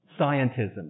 scientism